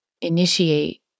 initiate